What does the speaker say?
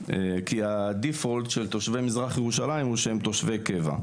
כי ברירת המחדל של תושבי מזרח ירושלים הוא שהם תושבי קבע,